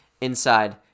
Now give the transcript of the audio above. inside